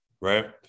right